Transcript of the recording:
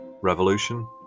Revolution